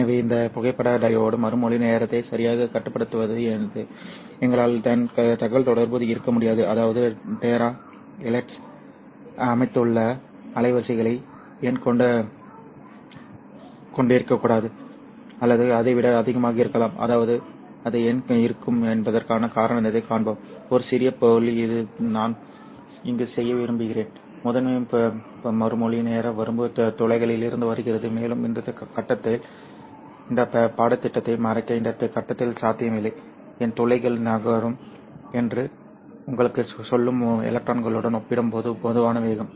எனவே இந்த புகைப்பட டையோடு மறுமொழி நேரத்தை சரியாகக் கட்டுப்படுத்துவது எது எங்களால் ஏன் தகவல்தொடர்பு இருக்க முடியாது அதாவது டெரா ஹெர்ட்ஸை அமைத்துள்ள அலைவரிசைகளை ஏன் கொண்டிருக்கக்கூடாது அல்லது அதைவிட அதிகமாக இருக்கலாம் அதாவது அது ஏன் இருக்கும் என்பதற்கான காரணத்தைக் காண்போம் ஒரு சிறிய புள்ளி இது நான் இங்கு செய்ய விரும்புகிறேன் முதன்மை மறுமொழி நேர வரம்பு துளைகளிலிருந்து வருகிறது மேலும் இந்த கட்டத்தில் இந்த பாடத்திட்டத்தை மறைக்க இந்த கட்டத்தில் சாத்தியமில்லை ஏன் துளைகள் நகரும் என்று உங்களுக்குச் சொல்லும் எலக்ட்ரான்களுடன் ஒப்பிடும்போது மெதுவான வேகம்